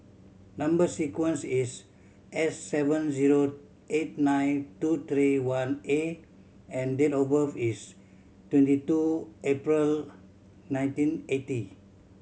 number sequence is S seven zero eight nine two three one A and date of birth is twenty two April nineteen eighty